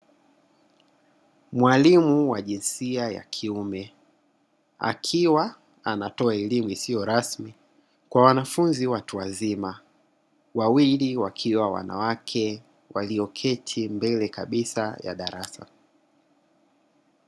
Mwalimu wa jinsia ya kiume akiwa anatoa elimu isiyo rasmi kwa wanafunzi watu wazima, wawili wakiwa wanawake walioketi mbele kabisa ya darasa.